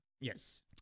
Yes